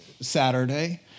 Saturday